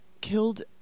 killed